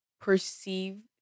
perceive